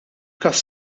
każ